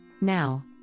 Now